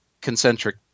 concentric